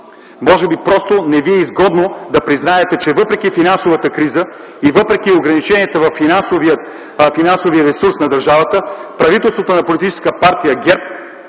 Може би просто не ви е изгодно да признаете, че въпреки финансовата криза и въпреки ограничените във финансовия ресурс на държавата, правителството на Политическа партия ГЕРБ